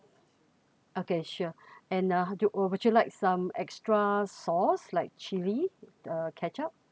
okay sure and uh do uh would you like some extra source like chili uh ketchup